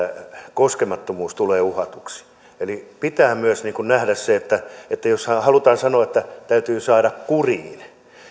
koskemattomuus tulee uhatuksi eli pitää nähdä myös se että että jos halutaan sanoa että täytyy saada kuriin